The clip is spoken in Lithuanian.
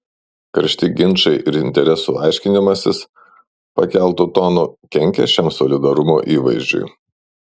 karšti ginčai ir interesų aiškinimasis pakeltu tonu kenkia šiam solidarumo įvaizdžiui